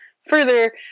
further